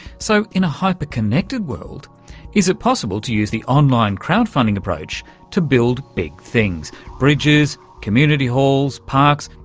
so in a hyper-connected world is it possible to use the online crowd-funding approach to build big things bridges, community halls, parks,